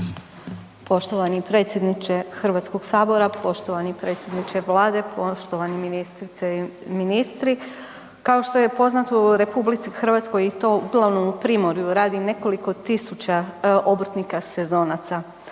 Poštovani predsjedniče Hrvatskog sabora, poštovani predsjedniče Vlade, poštovane ministrice i ministri. Kao što je poznato u RH i to uglavnom u Primorju, radi nekoliko tisuća obrtnika sezonaca.